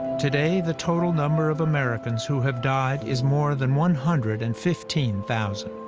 today, the total number of americans who have died is more than one hundred and fifteen thousand.